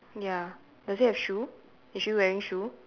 ya does it have shoe is she wearing shoe